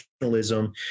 nationalism